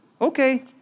Okay